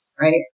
right